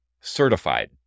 certified